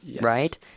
right